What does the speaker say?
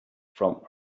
from